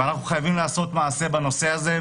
ואנחנו חייבים לעשות מעשה בנושא הזה.